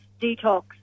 detox